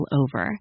over